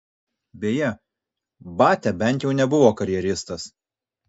beje batia bent jau nebuvo karjeristas